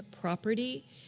property